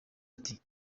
ati